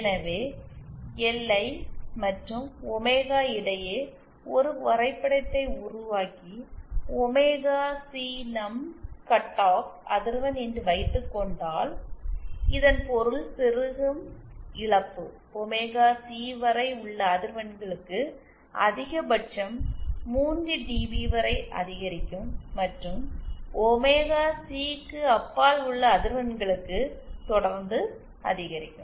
எனவே எல்ஐ மற்றும் ஒமேகா இடையே ஒரு வரைபடத்தை உருவாக்கி ஒமேகா சி நம் கட் ஆஃப் அதிர்வெண் என்று வைத்துக் கொண்டால் இதன் பொருள் செருகும் இழப்பு ஒமேகா சி வரை உள்ள அதிர்வெண்களுக்கு அதிகபட்சம் 3 டிபி வரை அதிகரிக்கும் மற்றும் ஒமேகா சிக்கு அப்பால் உள்ள அதிர்வெண்களுக்கு தொடர்ந்து அதிகரிக்கும்